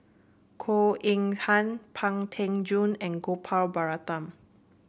Goh Eng Han Pang Teck Joon and Gopal Baratham